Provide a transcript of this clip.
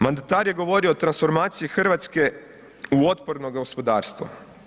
Mandata je govorio o transformaciji Hrvatske u otporno gospodarstvo.